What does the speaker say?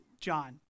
John